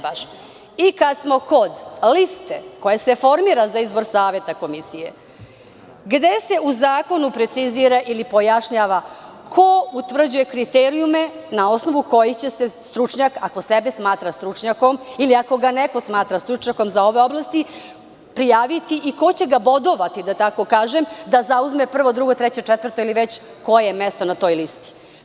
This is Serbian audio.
Kada smo kod liste koja se formira za izbor Saveta komisije, gde se u zakonu precizira ili pojašnjava ko utvrđuje kriterijume na osnovu kojih će se stručnjak, ako sebe smatra stručnjakom ili ako neko nekoga smatra stručnjakom za ove oblasti, prijaviti i ko će ga bodovati da tako kažem, da zauzme prvo, drugo, treće ili već koje mesto na toj listi?